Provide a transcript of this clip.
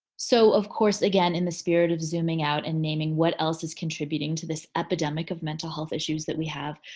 so of course, again, in the spirit of zooming out and naming what else is contributing to this epidemic of mental health issues that we have,